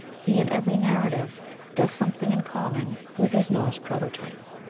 he in every narrative does something in common with his norse prototype.